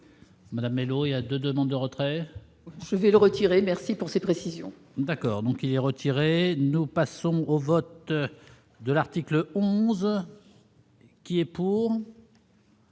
Madame il y a de demandes de retrait. Je vais le retirer, merci pour ces précisions. D'accord, donc il est retiré, nous passons au vote de l'article 11 heures. Qui est pour.